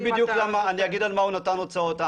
אני אגיד בדיוק על מה הוא נתן הוצאות.